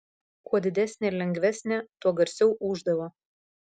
kuo didesnė ir lengvesnė tuo garsiau ūždavo